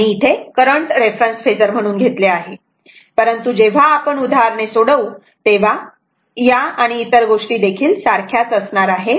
आणि इथे current reference phasor म्हणून घेतले आहे परंतु जेव्हा आपण उदाहरणे सोडवून तेव्हा अर्थ आणि इतर गोष्टी देखील सारख्याच असणार आहेत